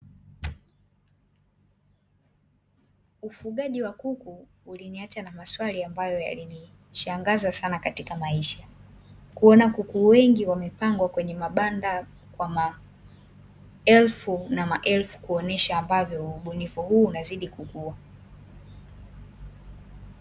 Ufugaji wa kuku uliniacha na maswali ambayo yalinishangaza sana katika maisha, kuona kuku wengi wamepangwa kwenye mabanda kwa maelfu na maelfu kuonyesha ambavyo ubunifu huu unazidi kukua.